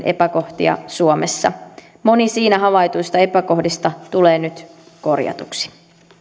epäkohtia suomessa moni siinä havaituista epäkohdista tulee nyt korjatuksi